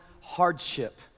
hardship